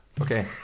Okay